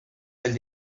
del